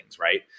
Right